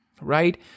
right